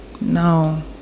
No